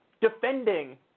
defending